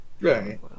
Right